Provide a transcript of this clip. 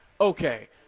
Okay